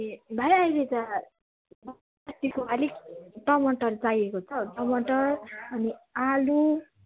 ए भाइ अहिले त अलिक टमाटर चाहिएको छ टमाटर अनि आलु